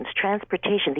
transportation